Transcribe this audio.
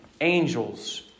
angels